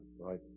right